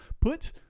put